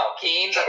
Keen